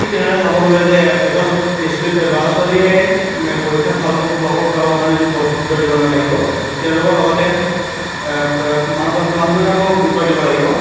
ঠিক তেনেদৰে চাব গ'লে যে এজন ইষ্টু ল'ৰা ছোৱালীয়ে এই পৰীক্ষাত ভাল ফলাফল পাবৰ কাৰণে গুৰুত্ব দিব নালাগিব তেওঁলোকৰ লগতে মাক দেউতাকেও গুৰুত্ব দিব লাগিব